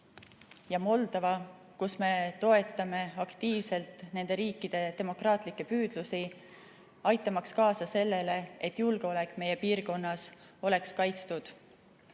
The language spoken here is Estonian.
ja Moldova. Me toetame aktiivselt nende riikide demokraatlikke püüdlusi, aitamaks kaasa sellele, et julgeolek meie piirkonnas oleks kaitstud.